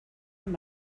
amb